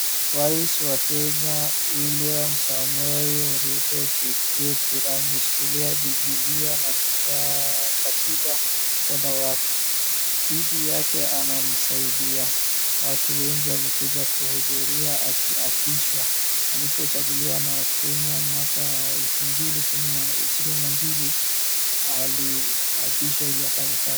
Rais wa Kenya Wiliam Samoei Ruto Kipchirchir, ameshikilia bibilia na katiba mkono wake. Bibi yake anamsaidia. Watu wengi wamekuja kuhudhuria akiapishwa. Alipochaguliwa na wakenya mwaka wa elfu mbili ishirini na mbili aliapishwa ili afanye kazi.